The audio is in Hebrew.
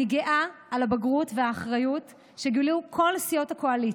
אני גאה על הבגרות והאחריות שגילו כל סיעות הקואליציה,